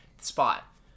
spot